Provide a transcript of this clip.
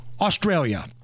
Australia